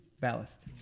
ballast